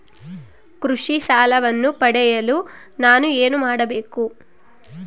ಕೃಷಿ ಸಾಲವನ್ನು ಪಡೆಯಲು ನಾನು ಏನು ಮಾಡಬೇಕು?